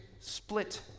split